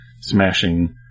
smashing